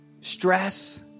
stress